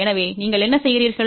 எனவே நீங்கள் என்ன செய்கிறீர்கள்